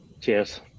cheers